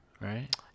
right